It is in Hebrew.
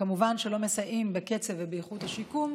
כמובן שלא מסייעים בקצב ובאיכות השיקום.